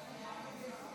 אדוני היושב-ראש,